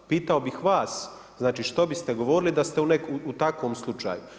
Pitao bih vas znači, što bi ste govorili da ste u takvom slučaju?